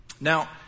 Now